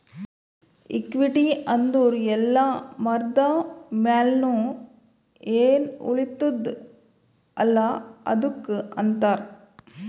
equity ಅಂದುರ್ ಎಲ್ಲಾ ಮಾರ್ದ ಮ್ಯಾಲ್ನು ಎನ್ ಉಳಿತ್ತುದ ಅಲ್ಲಾ ಅದ್ದುಕ್ ಅಂತಾರ್